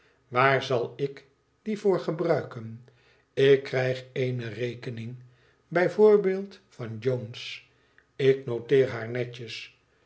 waar zal ik die voor gebruiken ik krijg eene rekening bijv van jones ik noteer baar